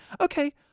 Okay